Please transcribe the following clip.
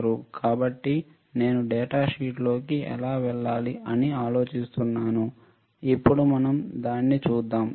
కాబట్టి కాబట్టి నేను డేటా షీట్ లోకి ఎలా వెళ్లాలి అని ఆలోచిస్తున్నాను ఇప్పుడు మనం దానిని చూద్దాం